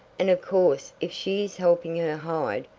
and of course if she is helping her hide,